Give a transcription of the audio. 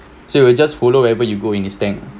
so it will just follow wherever you go in his tank